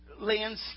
landscape